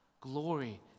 Glory